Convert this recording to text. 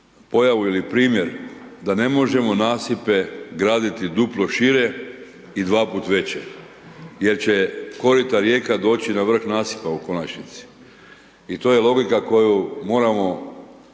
pojavu ili primjer, da ne možemo nasipe graditi duplo šire i dva puta veće jer će korita rijeka doći na vrh nasipa u konačnici i to je logika koju moramo znati,